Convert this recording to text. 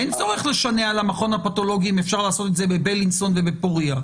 אין צורך לשנע למכון הפתולוגי אם אפשר לעשות את זה בבלינסון ובפוריה,